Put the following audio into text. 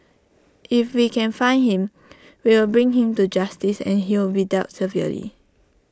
if we can find him we will bring him to justice and he'll be dealt severely